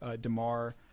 DeMar